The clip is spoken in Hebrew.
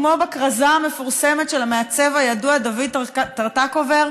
כמו בכרזה המפורסמת של המעצב הידוע דוד טרטקובר,